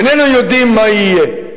איננו יודעים מה יהיה,